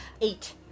eight